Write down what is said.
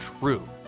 true